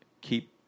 keep